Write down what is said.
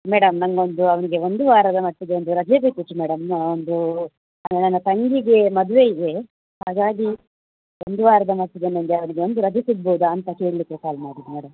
madam ನನಗೊಂದು ಅವನಿಗೆ ಒಂದು ವಾರದ ಮಟ್ಟಿಗೆ ಒಂದು ರಜೆ ಬೇಕಿತ್ತು ಮೇಡಮ್ ಒಂದು ಅಂದರೆ ನನ್ನ ತಂಗಿಗೆ ಮದುವೆ ಇದೆ ಹಾಗಾಗಿ ಒಂದು ವಾರದ ಮಟ್ಟಿಗೆ ನನ್ಗೆ ಅವನಿಗೆ ಒಂದು ರಜೆ ಸಿಗ್ಬೋದಾ ಅಂತ ಕೇಳಲಿಕ್ಕೆ ಕಾಲ್ ಮಾಡಿದ್ದು ಮೇಡಮ್